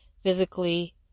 physically